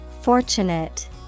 Fortunate